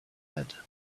had